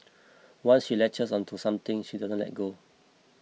once she latches onto something she doesn't let go